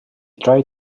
tried